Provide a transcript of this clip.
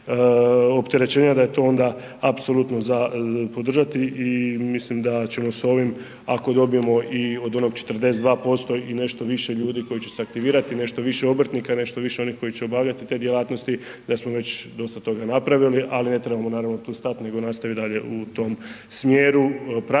da je to onda apsolutno za podržati. I mislim da ćemo s ovim ako dobijemo i od onog 42% i nešto više ljudi koji će se aktivirati, nešto više obrtnika, nešto više onih koji će obavljati te djelatnosti da smo već dosta toga napravili ali ne trebamo naravno tu stati nego nastaviti dalje u tom smjeru praćenja